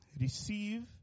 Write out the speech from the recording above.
Receive